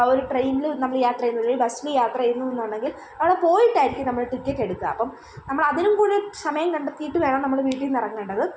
ഒരു ട്രെയ്നിൽ നമ്മൾ യാത്ര ചെയ്യുന്നു ഒരു ബസ്സിൽ യാത്ര ചെയ്യുന്നുവെന്നുണ്ടെങ്കിൽ അവിടെ പോയിട്ടായിരിക്കും നമ്മൾ ടിക്കറ്റെടുക്കുക അപ്പം നമ്മളതിനും കൂടി സമയം കണ്ടെത്തിയിട്ട് വേണം നമ്മൾ വീട്ടിൽ നിന്ന് ഇറങ്ങേണ്ടത്